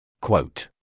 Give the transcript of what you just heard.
Quote